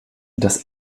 das